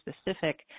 specific